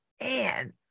man